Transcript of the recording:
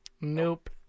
Nope